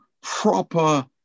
proper